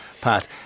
Pat